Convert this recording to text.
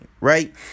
right